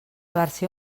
versió